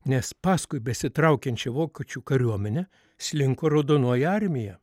nes paskui besitraukiančią vokiečių kariuomenę slinko raudonoji armija